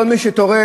כל מי שתורם,